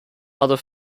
other